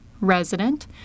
resident